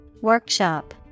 Workshop